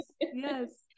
Yes